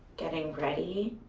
getting ready,